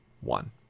One